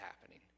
happening